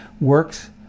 Works